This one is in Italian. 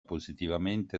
positivamente